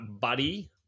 buddy